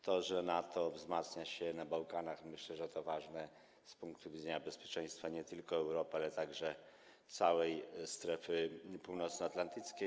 To, że NATO wzmacnia się na Bałkanach, jest ważne z punktu widzenia bezpieczeństwa nie tylko Europy, ale także całej strefy północnoatlantyckiej.